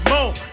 more